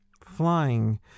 flying